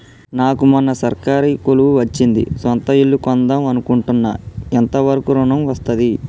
నాకు మొన్న సర్కారీ కొలువు వచ్చింది సొంత ఇల్లు కొన్దాం అనుకుంటున్నా ఎంత వరకు ఋణం వస్తది?